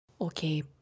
Okay